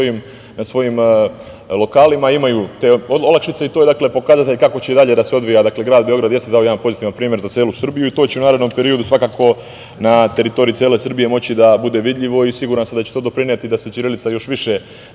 na svojim lokalima, imaju te olakšice i to je pokazatelj kako će dalje da se odvija. Dakle, grad Beograd jeste dao jedan pozitivan primer za celu Srbiju i to će u narednom periodu svakako na teritoriji cele Srbije moći da bude vidljivo i siguran sam da će to doprineti da se ćirilica još više